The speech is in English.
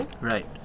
Right